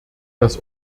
das